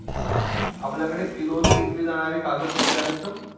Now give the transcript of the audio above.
आपल्याकडे किलोने विकली जाणारी कागदपत्रे आहेत का?